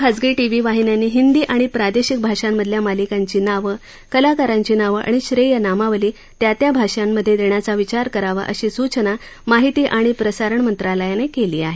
सर्व खासगी टीव्ही वाहिन्यांनी हिंदी आणि प्रादेशिक भाषांमधल्या मालिकांची नावं कलाकारांची नावं आणि श्रेयनामावली त्या त्या भाषांमध्ये देण्याचा विचार करावा अशी सूचना माहिती आणि प्रसारण मंत्रालयानं केली आहे